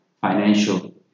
financial